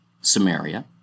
Samaria